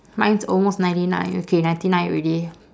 mine's almost ninety nine okay ninety nine already